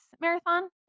marathon